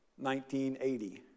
1980